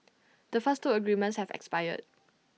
the first two agreements have expired